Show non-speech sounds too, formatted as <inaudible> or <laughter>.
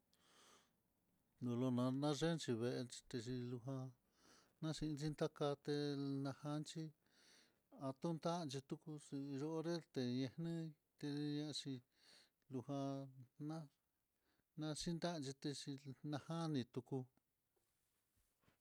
Nolonanda x <hesitation> i, veen tixhi luujan naxhinxi takate najanxhi ha tuntanxhi tuku yo'o niteñal ni té ñaxhi lujan na'a naxhintanxhi texhí, najani tuku.